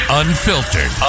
unfiltered